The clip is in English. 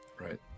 Right